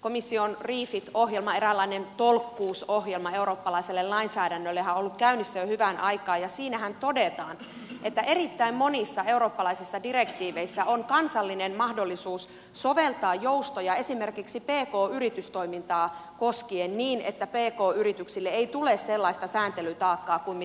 komission refit ohjelmahan eräänlainen tolkkuusohjelma eurooppalaiselle lainsäädännölle on ollut käynnissä jo hyvän aikaa ja siinähän todetaan että erittäin monissa eurooppalaisissa direktiiveissä on kansallinen mahdollisuus soveltaa joustoja esimerkiksi pk yritystoimintaa koskien niin että pk yrityksille ei tule sellaista sääntelytaakkaa kuin